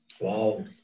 wow